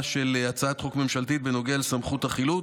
של הצעת חוק ממשלתית בנוגע לסמכות החילוט,